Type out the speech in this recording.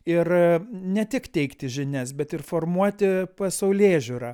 ir ne tik teikti žinias bet ir formuoti pasaulėžiūrą